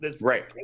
Right